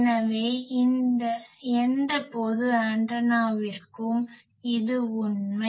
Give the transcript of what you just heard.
எனவே எந்த பொது ஆண்டெனாவிற்கும் இது உண்மை